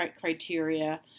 criteria